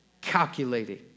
calculating